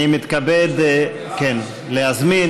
אני מתכבד להזמין,